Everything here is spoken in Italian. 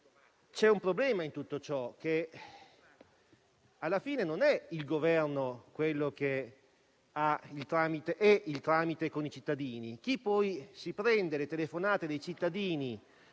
C'è un problema in tutto ciò: alla fine, non è il Governo il tramite con i cittadini, perché chi poi si prende le telefonate dei cittadini